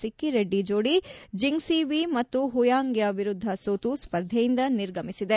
ಸಿಕ್ಕಿ ರೆಡ್ಡಿ ಜೋಡಿ Zheng Si Wei ಮತ್ತು ಹುಯಾಂಗ್ ಯಾ ವಿರುದ್ದ ಸೋತು ಸ್ವರ್ಧೆಯಿಂದ ನಿರ್ಗಮಿಸಿದೆ